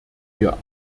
wir